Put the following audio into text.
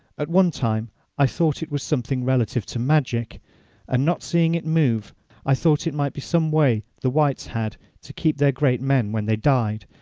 at one time i thought it was something relative to magic and not seeing it move i thought it might be some way the whites had to keep their great men when they died,